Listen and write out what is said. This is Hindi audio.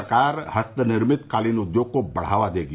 सरकार हस्तनिर्मित कालीन उद्योग को बढ़ावा देगी